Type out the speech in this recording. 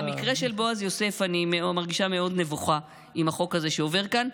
במקרה של בועז יוסף אני מרגישה מאוד נבוכה עם החוק הזה שעובר כאן.